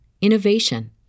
innovation